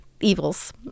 evils